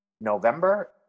november